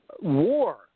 war